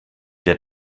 der